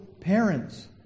parents